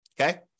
okay